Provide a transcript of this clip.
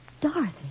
Dorothy